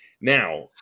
Now